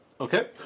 Okay